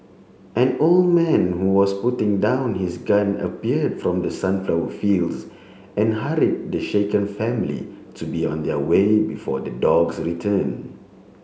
an old man who was putting down his gun appear from the sunflower fields and hurried the shaken family to be on their way before the dogs return